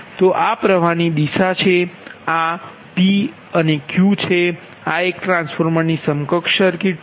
તો આ પ્રવાહની દિશા છે અને આ p અને q છે આ એક ટ્રાન્સફોર્મરની સમકક્ષ સર્કિટ છે